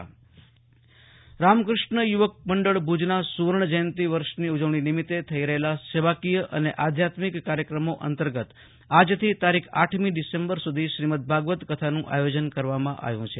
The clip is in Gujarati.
આશુતોષ અંતાણી ભુજઃ રામકુષ્ણ યુવક મંડળ રામકૃષ્ણ યુવક મંડળ ભુજના સુવર્ણ જયંતિ વર્ષની ઉજવણી નિમિત્તે થઈ રહેલા સેવાકીય અને આધ્યાત્મિક કાર્યક્રમો અંતર્ગત આજથી તારીખ આઠમી ડિસેમ્બર સૂધી શ્રીમદ ભાગવત કથાનું આયોજન કરવામાં આવ્યું છે